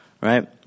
right